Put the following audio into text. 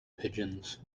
pigeons